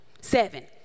seven